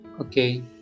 Okay